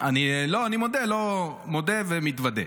אני מודה, מודה ומתוודה.